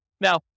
Now